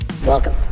Welcome